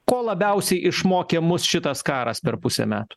ko labiausiai išmokė mus šitas karas per pusę metų